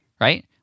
right